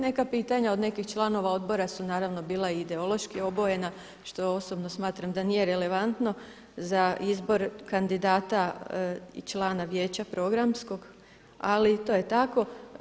Neka pitanja od nekih članova Odbora su naravno bila ideološki obojena što osobno smatram da nije relevantno za izbor kandidata i člana Vijeća programskog, ali to je tako.